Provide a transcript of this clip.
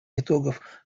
итогов